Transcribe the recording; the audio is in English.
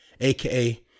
aka